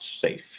safe